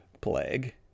plague